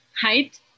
height